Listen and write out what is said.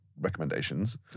recommendations